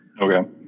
Okay